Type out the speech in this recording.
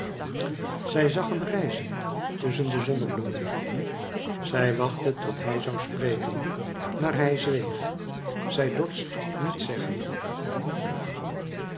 zij zag hem njzen tusscnen ac zonneoioemen zij wachtte tot hij zou spreken maar hij zweeg zij dorst niets zeggen